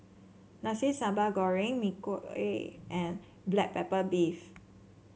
Nasi Sambal Goreng Mee Kuah and Black Pepper Beef